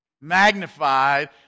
Magnified